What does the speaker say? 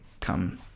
come